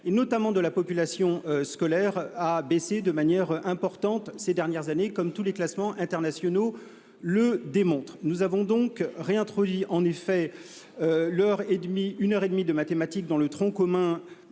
notamment de la population scolaire, a baissé de manière importante dans cette matière ces dernières années. Tous les classements internationaux le démontrent. Nous avons donc réintroduit, en effet, une heure et demie de mathématiques dans le tronc commun